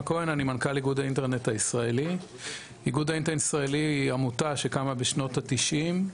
איגוד האינטרנט הישראלי הוא עמותה שקמה בשנות ה-90'